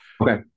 Okay